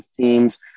teams